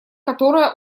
которое